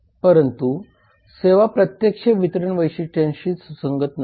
परंतु सेवा प्रत्यक्ष वितरण वैशिष्ट्यांशी सुसंगत नाही